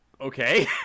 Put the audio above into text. Okay